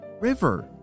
River